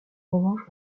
revanche